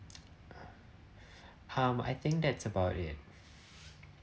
hmm I think that's about it